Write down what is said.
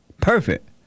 perfect